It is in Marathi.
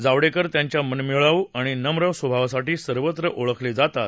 जावडेकर त्यांच्या मनमिळावू आणि नम्र स्वभावासाठी सर्वत्र ओळखले जातात